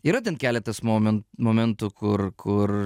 yra ten keletas momen momentų kur kur